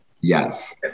Yes